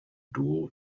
duo